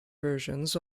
versions